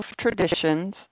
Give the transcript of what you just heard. Traditions